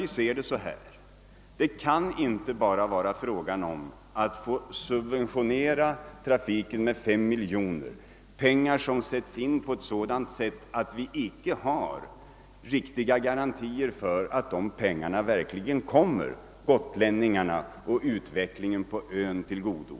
Vi anser nämligen att det inte bara kan vara fråga om att få subventionera trafiken med fem miljoner. De pengarna skulle sättas in på ett sådant sätt att vi icke skulle få riktiga garantier för att de verkligen kom gotlänningarna och utvecklingen på ön till godo.